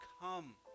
come